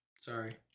Sorry